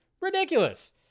Ridiculous